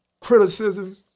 Criticism